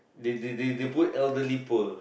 they they they they put elderly poor